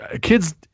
kids